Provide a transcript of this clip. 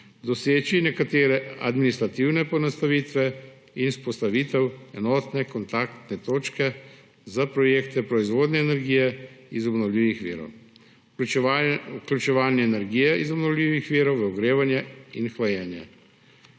doseči nekatere administrativne poenostavitve in vzpostavitev enotne kontaktne točke za projekte proizvodnje energije iz obnovljivih virov; vključevanje energije iz obnovljivih virov v ogrevanje in hlajenje;